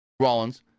Rollins